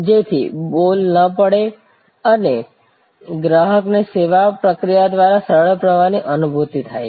જેથી બોલ ન પડે અને ગ્રાહકને સેવા પ્રક્રિયા દ્વારા સરળ પ્રવાહની અનુભૂતિ થાય